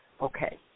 okay